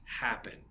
happen